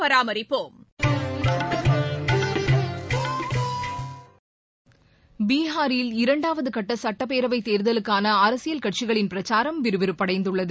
பீகாரில் இரண்டாவது கட்ட சுட்டப்பேரவைத் தேர்தலுக்கான அரசியல் கட்சிகளின் பிரச்சாரம் விறுவிறுப்படைந்துள்ளது